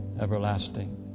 everlasting